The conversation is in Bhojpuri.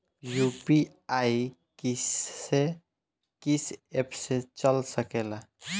यू.पी.आई किस्से कीस एप से चल सकेला?